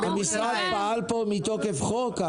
המשרד פעל פה מתוקף חוק?